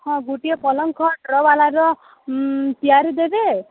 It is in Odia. ହଁ ଗୋଟିଏ ପଲଂ ଖଟ୍ ଡ୍ର ବାଲାର ତିଆରି ଦେବେ